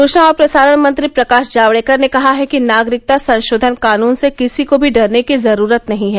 सूचना और प्रसारण मंत्री प्रकाश जावडेकर ने कहा है कि नागरिकता संशोधन कानून से किसी को भी डरने की जरूरत नहीं है